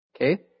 Okay